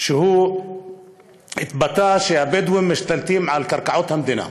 והוא אמר שהבדואים משתלטים על קרקעות המדינה.